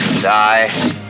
Die